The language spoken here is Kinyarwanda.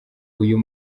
uyu